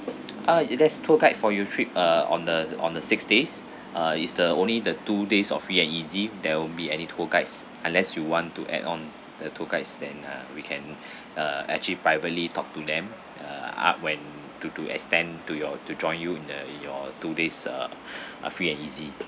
ah there's a tour guide for your trip uh on the on the six days uh it's the only the two days of free and easy there won't be any tour guides unless you want to add on the tour guides then uh we can uh actually privately talk to them uh up when to to extend to your to join you in the in your two days uh uh free and easy